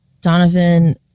Donovan